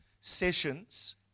sessions